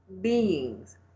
beings